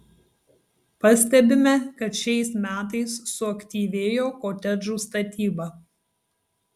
pastebime kad šiais metais suaktyvėjo kotedžų statyba